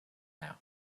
now